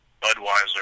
Budweiser